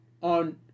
on